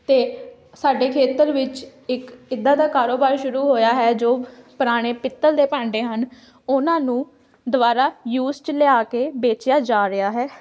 ਅਤੇ ਸਾਡੇ ਖੇਤਰ ਵਿੱਚ ਇੱਕ ਇੱਦਾਂ ਦਾ ਕਾਰੋਬਾਰ ਸ਼ੁਰੂ ਹੋਇਆ ਹੈ ਜੋ ਪੁਰਾਣੇ ਪਿੱਤਲ ਦੇ ਭਾਂਡੇ ਹਨ ਉਹਨਾਂ ਨੂੰ ਦੁਬਾਰਾ ਯੂਸ 'ਚ ਲਿਆ ਕੇ ਵੇਚਿਆ ਜਾ ਰਿਹਾ ਹੈ